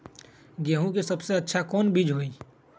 गेंहू के सबसे अच्छा कौन बीज होई?